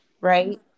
right